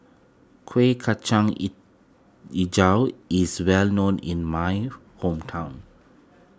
Kueh Kacang HiJau is well known in my hometown